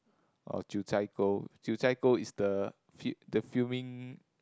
or Jiu Zhai Gou Jiu Zhai Gou is the fi~ the filming